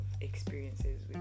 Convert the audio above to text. experiences